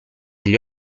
gli